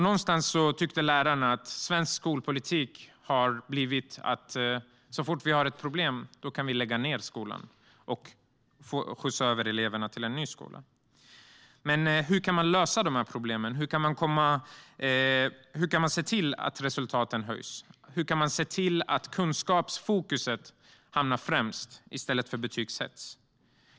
Någonstans tyckte lärarna att svensk skolpolitik verkade handla om att lägga ned skolor så fort de hade problem, och i stället skjutsa eleverna till någon ny skola. Hur kan man då lösa problemen och se till att resultaten höjs? Hur kan man se till att kunskapen hamnar i fokus, i stället för betygshets?